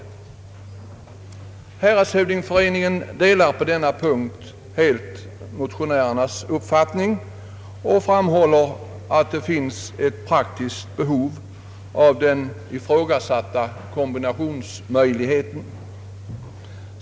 Häradshövdingeföreningen delar på denna punkt helt motionärernas uppfattning och framhåller att det finns ett praktiskt behov av den ifrågasatta kombinationsmöjligheten.